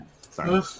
Sorry